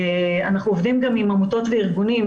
אנחנו עובדים גם עם עמותות וארגונים,